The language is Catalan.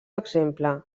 exemple